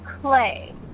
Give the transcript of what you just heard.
clay